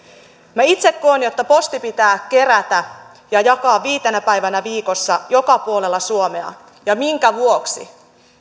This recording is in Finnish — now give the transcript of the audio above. minä itse koen että posti pitää kerätä ja jakaa viitenä päivänä viikossa joka puolella suomea ja minkä vuoksi